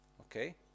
okay